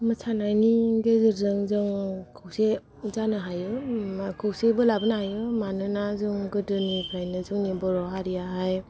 मोसानायनि गेजेरजों जों खौसे जानो हायो खौसेबो लाबोनो हायो मानोना जों गोदोनिफ्रायनो जोंनि बर' हारिआ हाय